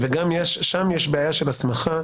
גם שם יש בעיה של הסמכה,